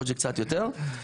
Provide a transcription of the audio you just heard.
יכול להיות שקצת יותר,